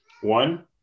One